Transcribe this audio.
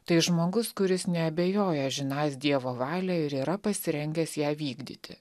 tai žmogus kuris neabejoja žinąs dievo valią ir yra pasirengęs ją vykdyti